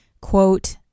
Quote